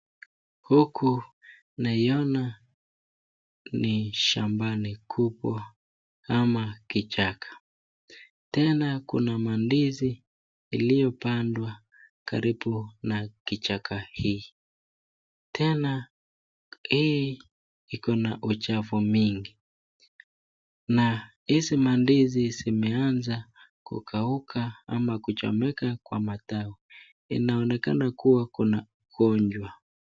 Huku naiona ni shamba kubwa ama kichaka tena kuna mandizi iliyopandwa karibu na kichaka hii tena hii iko na uchafu mingi na hizi mandizi zimeanza kukauka ama kuchomeka kwa matawi inaonekana kuwa kuna ugonjwa.